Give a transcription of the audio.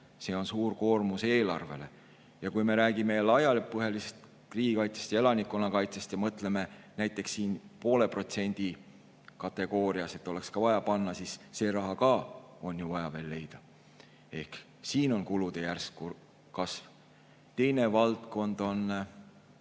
see on suur koormus eelarvele. Kui me räägime laiapõhjalisest riigikaitsest ja elanikkonnakaitsest ja mõtleme näiteks poole protsendi kategoorias, mis oleks vaja panna sellesse, siis see raha on ka ju vaja leida. Ehk siin on kulude järsk kasv. Teine valdkond on